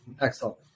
Excellent